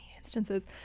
instances